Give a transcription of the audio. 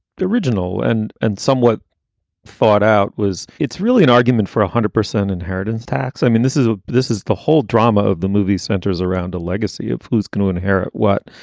the original and and somewhat thought out was it's really an argument for one hundred percent inheritance tax. i mean, this is a this is the whole drama of the movie centers around a legacy of who's going to inherit what.